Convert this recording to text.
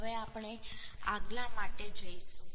હવે આપણે આગલા માટે જઈશું